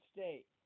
State